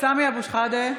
סמי אבו שחאדה,